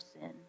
sin